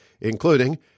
including